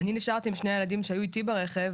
אני נשארתי עם שני הילדים שהיו איתי ברכב,